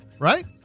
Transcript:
Right